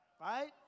right